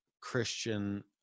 Christian